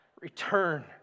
Return